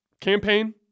Campaign